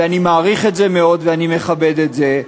ואני מעריך את זה מאוד ואני מכבד את זה,